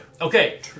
Okay